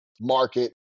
market